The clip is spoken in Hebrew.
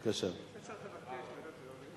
תודה רבה.